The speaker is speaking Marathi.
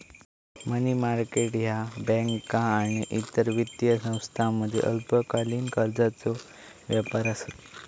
मनी मार्केट ह्या बँका आणि इतर वित्तीय संस्थांमधील अल्पकालीन कर्जाचो व्यापार आसत